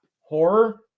horror